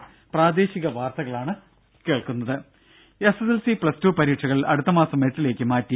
രുര S S L C plus two പരീക്ഷകൾ അടുത്തമാസം എട്ടിലേക്ക് മാറ്റി